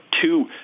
two